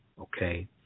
okay